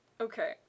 Okay